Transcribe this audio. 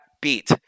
beat